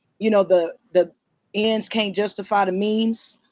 you know, the the ends can't justify the means.